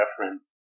reference